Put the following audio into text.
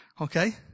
Okay